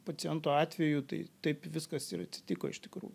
paciento atveju tai taip viskas ir atsitiko iš tikrųjų